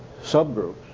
subgroups